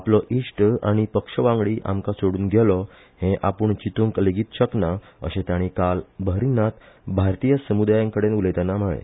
आपलो इश्ट आनी पक्षवांगडी आमका सोडून गेलो हे आपूण चितूंक लेगीत शकना अशे ताणी काल बहरीनात भारतीय समुदायाकडेन उलयताना म्हळे